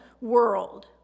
world